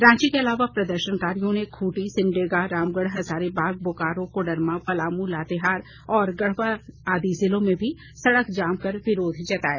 रांची के अलावा प्रदर्शनकारियों ने खूंटी सिमडेगा रामगढ़ हजारीबाग बोकारो कोडरमा पलामू लातेहार और गढ़वा आदि जिलों में भी सड़क जाम कर विरोध जताया